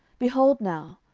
behold now,